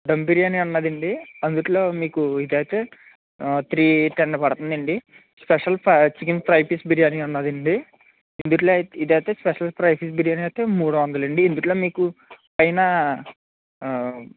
దమ్ బిర్యానీ అన్నది అండి అందుట్లో మీకు ఇది అయితే త్రి టెన్ పడుతుంది అండి special chicken fry piece biryani ఉన్నది అండి ఇందుట్లో ఇది అయితే స్పెషల్ ఫ్రై పీస్ అయితే మూడు వందలు అండి ఇందుట్లో మీకు పైన